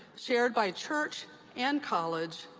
shared by church and college,